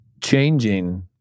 changing